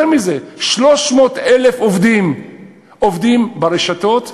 יותר מזה, 300,000 עובדים ברשתות השיווק,